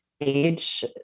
age